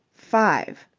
five!